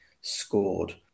scored